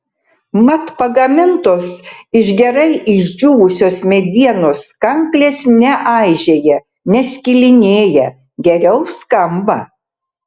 mat pagamintos iš gerai išdžiūvusios medienos kanklės neaižėja neskilinėja geriau skamba